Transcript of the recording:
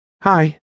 Hi